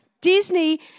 Disney